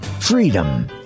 Freedom